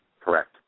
Correct